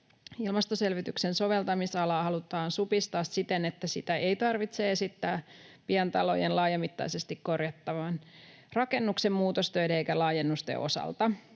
Ilmastoselvityksen soveltamisalaa halutaan supistaa siten, että sitä ei tarvitse esittää pientalojen, laajamittaisesti korjattavan rakennuksen, muutostöiden eikä laajennusten osalta.